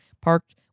parked